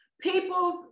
People's